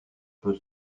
peut